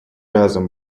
разом